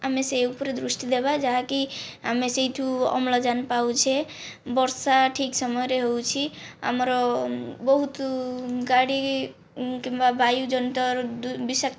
ଆମେ ସେଇ ଉପରେ ଦୃଷ୍ଟି ଦେବା ଯାହାକି ଆମେ ସେଇଠୁ ଅମ୍ଳଜାନ ପାଉଛେ ବର୍ଷା ଠିକ୍ ସମୟରେ ହେଉଛି ଆମର ବହୁତ ଗାଡ଼ି କିମ୍ବା ବାୟୁଜନିତ ବିଷାକ୍ତ